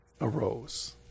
arose